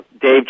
Dave